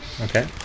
okay